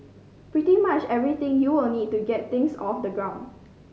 pretty much everything you will need to get things off the ground